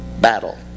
battle